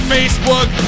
Facebook